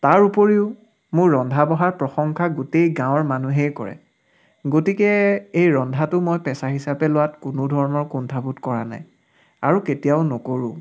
তাৰ উপৰিও মোৰ ৰন্ধা বঢ়াৰ প্ৰশংসা গোটেই গাঁৱৰ মানুহেই কৰে গতিকে এই ৰন্ধাটো মই পেছা হিচাপে লোৱাত কোনো ধৰণৰ কুণ্ঠাবোধ কৰা নাই আৰু কেতিয়াও নকৰোঁও